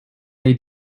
they